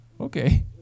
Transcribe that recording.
okay